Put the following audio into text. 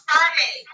Friday